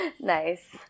Nice